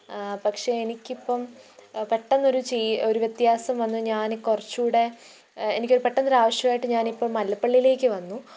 പക്ഷെ എനിക്കിപ്പം പെട്ടന്നൊരു ഒരു വ്യത്യാസം വന്നു ഞാൻ കുറച്ചൂകൂടെ എനിക്കൊരു പെട്ടന്നൊരാവിശ്യം ആയിട്ട് ഞാനിപ്പം മല്ലപ്പള്ളിയിലേക്ക് വന്നു